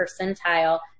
percentile